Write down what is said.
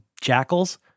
jackals